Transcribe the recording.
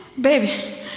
Baby